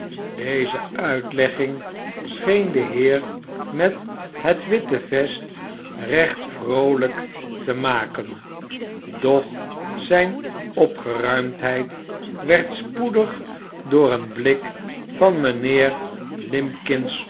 deze uitlegging scheen den heer met het witte olivier wordt bijna schoorsteen vegersleerling vest recht vroolijk te maken doch zijne opgeruimdheid werd spoedig door een blik van mijnheer